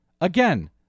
Again